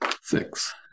six